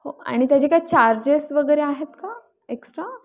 हो आणि त्याचे काय चार्जेस वगैरे आहेत का एक्स्ट्रा